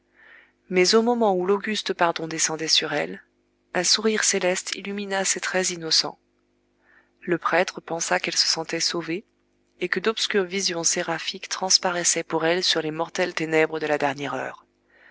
mais au moment où l'auguste pardon descendait sur elle un sourire céleste illumina ses traits innocents le prêtre pensa qu'elle se sentait sauvée et que d'obscures visions séraphiques transparaissaient pour elle sur les mortelles ténèbres de la dernière heure